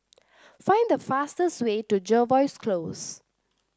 find the fastest way to Jervois Close